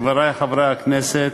חברי חברי הכנסת,